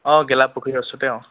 অঁ গেলাপুুখুৰী ওচৰতে অঁ